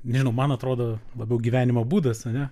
nežinau man atrodo labiau gyvenimo būdas ane